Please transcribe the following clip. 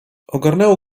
ogarnęło